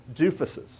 doofuses